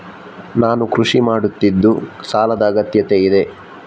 ನಾನು ಕೃಷಿ ಮಾಡುತ್ತಿದ್ದು ಸಾಲದ ಅಗತ್ಯತೆ ಇದೆ?